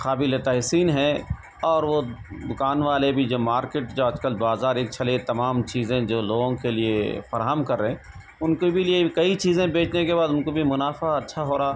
قابل تحسین ہے اور وہ دوکان والے بھی جو مارکیٹ جو آج کل بازار ہیچ تلے تمام چیزیں جو لوگوں کے لیے فراہم کر رہے ان کے بھی لیے کئی چیزیں بیچنے کے بعد ان کو بھی منافعہ اچھا ہو رہا